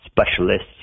specialists